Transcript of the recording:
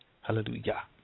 Hallelujah